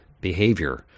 behavior